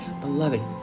beloved